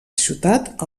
ciutat